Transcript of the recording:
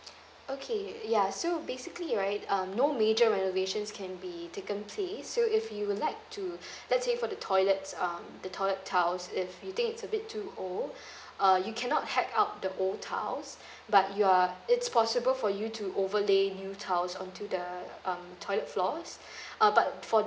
okay ya so basically right um no major reservations can be taken place so if you would like to let's say for the toilets um the toilet tiles if you think it's a bit too old uh you cannot hack out the old tiles but you are it's possible for you to overlay new tiles onto the um toilet floors uh but for